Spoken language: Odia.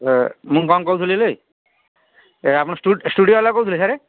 ଏ ମୁଁ କ'ଣ କହୁଥିଲି ଏ ଆପଣ ଷ୍ଟୁଡ଼ିଓ ଵାଲା କହୁଥିଲେ ସାର୍